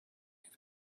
have